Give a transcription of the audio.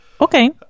Okay